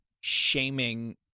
shaming